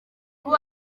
ubu